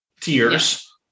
tears